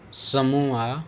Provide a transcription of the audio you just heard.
سمووا